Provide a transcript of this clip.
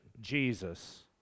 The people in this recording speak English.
Jesus